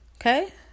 okay